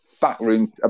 backroom